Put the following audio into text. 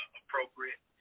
appropriate